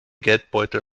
geldbeutel